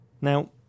Now